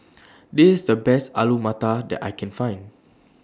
This IS The Best Alu Matar that I Can Find